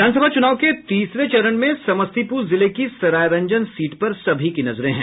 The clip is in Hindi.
विधान सभा चुनाव के तीसरे चरण में समस्तीपुर जिले की सरायरंजन सीट पर सभी की नजरे हैं